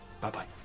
Bye-bye